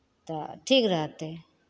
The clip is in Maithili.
तऽ ठीक रहतै